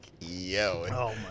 yo